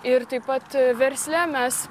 ir taip pat versle mes